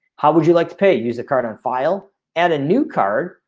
how would you like to pay use a card on file? add a new card?